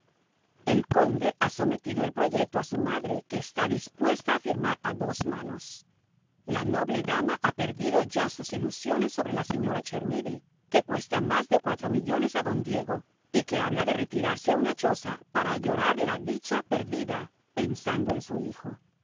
el conde ha sometido el proyecto a su madre que está dispuesta a firmar a dos manos la noble dama ha perdido ya sus ilusiones sobre la señora chermidy que cuesta más de cuatro millones a don diego y que habla de retirarse a una choza para llorar la dicha perdida pensando en su hijo